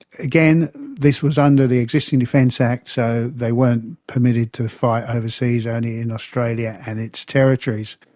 again, this was under the existing defence act, so they weren't permitted to fight overseas, only in australia and its territories.